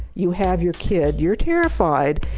you have your kid, you're terrified,